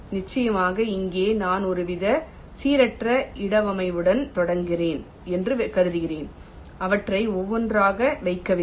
நிச்சயமாக இங்கே நான் ஒருவிதமான சீரற்ற இடவமைவுடன் தொடங்குகிறேன் என்று கருதுகிறேன் அவற்றை ஒவ்வொன்றாக வைக்கவில்லை